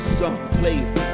someplace